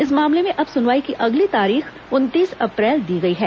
इस मामले में अब सुनवाई की अगली तारीख उनतीस अप्रैल दी गयी है